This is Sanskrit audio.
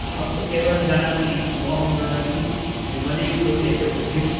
अहं तु केवलं जानामि मोहं रुणद्धि विमलीकुरुते च बुद्धिं